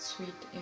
Sweet